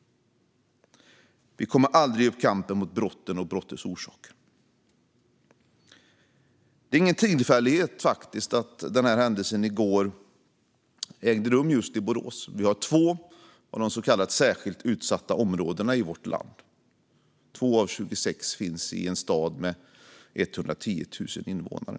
Vi kommer aldrig att ge upp kampen mot brotten och deras orsaker. Det är ingen tillfällighet att händelsen i går ägde rum just i Borås. Vi har två av de så kallade särskilt utsatta områdena i vårt land. Två av tjugosex finns i en stad med 110 000 invånare.